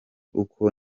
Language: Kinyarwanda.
uko